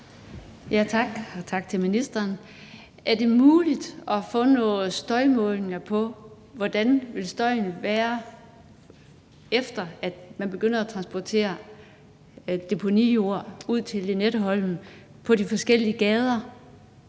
Tak. Og tak til ministeren. Er det muligt at få lavet nogle støjmålinger på, hvordan støjen vil være, efter at man begynder at transportere deponijord ud til Lynetteholmen gennem de forskellige gader,